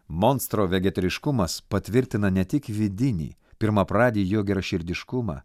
monstro vegetariškumas patvirtina ne tik vidinį pirmapradį jo geraširdiškumą